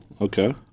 Okay